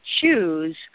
choose